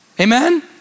Amen